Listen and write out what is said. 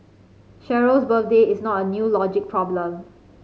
Cheryl's birthday is not a new logic problem